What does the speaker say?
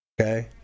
okay